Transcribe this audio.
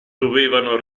dovevano